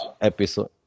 episode